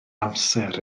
amser